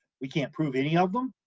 we can't prove any of them,